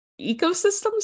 ecosystems